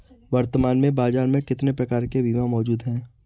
वर्तमान में बाज़ार में कितने प्रकार के बीमा मौजूद हैं?